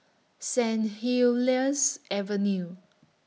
Saint Helier's Avenue